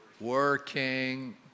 working